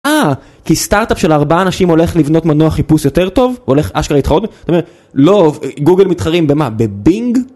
אה, כי סטארט-אפ של 4 אנשים הולך לבנות מנוע חיפוש יותר טוב? הולך אשכרה להתחרות? זאת אומרת, לא, גוגל מתחרים במה? בבינג?